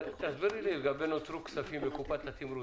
תסבירי לי לגבי מקרה שנותרו כספים בקופת התמרוץ.